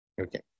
Okay